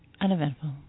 Uneventful